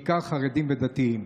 בעיקר חרדים ודתיים.